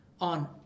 on